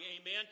Amen